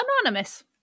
Anonymous